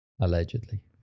Allegedly